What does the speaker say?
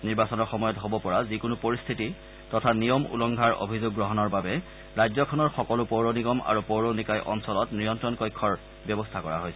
নিৰ্বাচনৰ সময়ত হ'ব পৰা যিকোনো পৰিস্থিতি তথা নিয়ম উলংঘাৰ অভিযোগ গ্ৰহণৰ বাবে ৰাজ্যখনৰ সকলো পৌৰ নিগম আৰু পৌৰ নিকায় অঞ্চলত নিয়ন্ত্ৰণ কক্ষৰ ব্যৱস্থা কৰা হৈছে